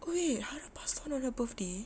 oh wait hara passed on on her birthday